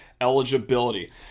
eligibility